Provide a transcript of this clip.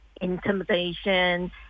intimidation